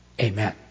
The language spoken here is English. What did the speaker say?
amen